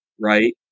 right